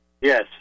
Yes